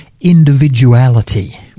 individuality